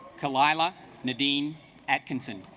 kalila nadine atkinson